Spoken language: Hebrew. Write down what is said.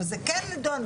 וזה כן נדון,